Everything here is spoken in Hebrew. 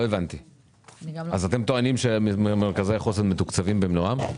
אתם טוענים שמרכזי החוסן מתוקצבים במלואם?